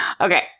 Okay